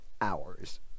hours